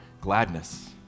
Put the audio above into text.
gladness